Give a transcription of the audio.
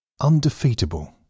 undefeatable